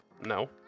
No